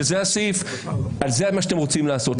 זה מה שאתם רוצים לעשות.